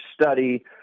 study